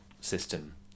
system